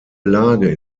lage